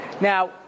Now